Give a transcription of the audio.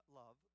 love